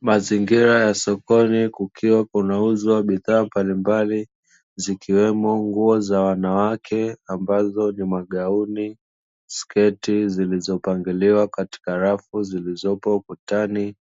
Mazingira ya sokoni kukiwa kunauzwa bidhaa mbalimbali, zikiwemo nguo za wanawake ambazo ni magauni, sketi zilizopangiliwa katika rafu zilizopo ukutani.